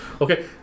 Okay